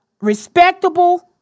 respectable